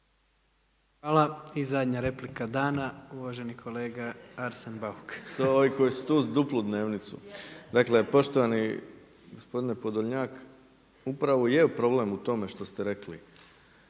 Hvala. I zadnja replika dana, uvaženi kolega Arsen Bauk. **Bauk, Arsen (SDP)** To ovi koji su tu duplu dnevnicu. Dakle, poštovani gospodine Podlnjak, upravo je problem u tome što ste rekli